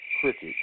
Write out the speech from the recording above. Crickets